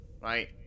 right